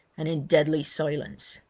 and in deadly silence.